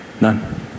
None